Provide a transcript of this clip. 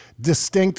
distinct